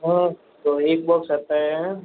हाँ तो एक बॉक्स आता है